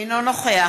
אינו נוכח